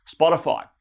Spotify